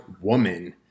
woman